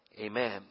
Amen